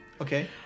Okay